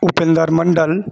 Upendra Mandal